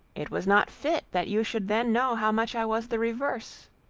it was not fit that you should then know how much i was the reverse!